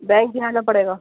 bank جانا پڑے گا